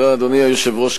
אדוני היושב-ראש,